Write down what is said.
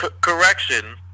Correction